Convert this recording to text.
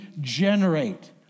generate